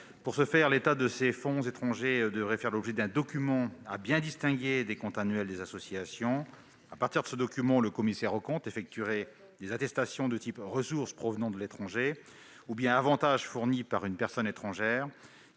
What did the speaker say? Pour ce faire, l'état de ces fonds étrangers devrait faire l'objet d'un document à bien distinguer des comptes annuels des associations. À partir de ce document, le commissaire aux comptes effectuerait des attestations de type « ressources provenant de l'étranger » ou bien « avantages fournis par une personne étrangère